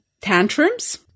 tantrums